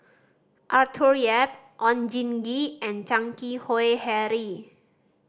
Arthur Yap Oon Jin Gee and Chan Keng Howe Harry